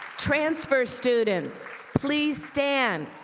transfer students please stand.